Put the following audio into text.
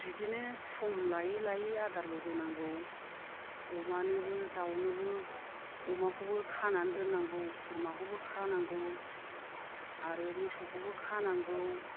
बिदिनो सम लायै लायै आदारबो होनांगौ अमानोबो दावनोबो अमाखौबो खानानै दोननांगौ बोरमा खौबो खानांगौ आरो मोसौखौबो खानांगौ